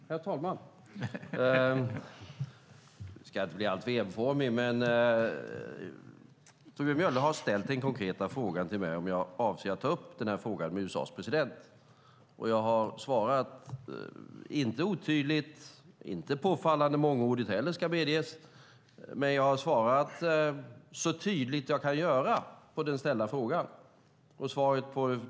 Herr talman! Jag ska inte bli alltför enformig, men Torbjörn Björlund har ställt den konkreta frågan till mig om jag avser att ta upp denna fråga med USA:s president. Jag har svarat, inte otydligt och inte påfallande mångordigt ska medges, men jag har svarat så tydligt jag kan på den ställda frågan.